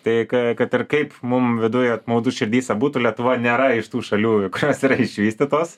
tai ką kad ir kaip mum viduj apmaudu širdyse būtų lietuva nėra iš tų šalių kurios yra išvystytos